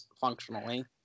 functionally